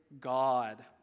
God